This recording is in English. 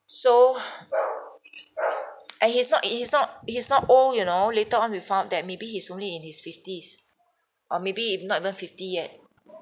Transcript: so and he's not he's not he's not old you know later on we found out that maybe he's only in his fifties or maybe if not even fifty yet